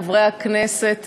חברי הכנסת,